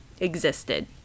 existed